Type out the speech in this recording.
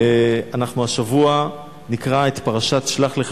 אנחנו השבוע נקרא את פרשת שלח לך.